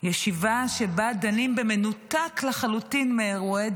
ישיבה שבה דנים בהדחת היועמ"שית במנותק לחלוטין מאירועי